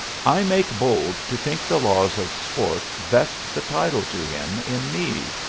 i make bold to think the laws of sport vest the title to him in me.